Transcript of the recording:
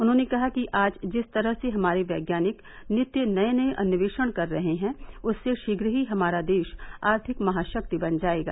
उन्होंने कहा कि आज जिस तरह से हमारे वैज्ञानिक नित्य नये नये अन्वेषण कर रहे हैं उससे शीघ्र ही हमारा देश आर्थिक महाशक्ति बन जायेगा